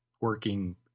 working